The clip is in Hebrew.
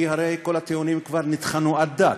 כי הרי כל הטיעונים כבר נטחנו עד דק,